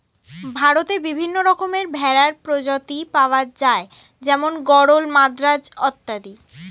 ভারতে বিভিন্ন রকমের ভেড়ার প্রজাতি পাওয়া যায় যেমন গরল, মাদ্রাজ অত্যাদি